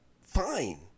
Fine